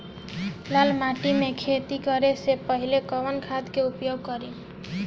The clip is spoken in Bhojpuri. लाल माटी में खेती करे से पहिले कवन खाद के उपयोग करीं?